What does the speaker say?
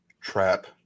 trap